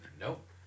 Nope